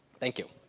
thank you.